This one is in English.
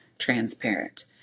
transparent